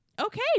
Okay